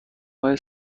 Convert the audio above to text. های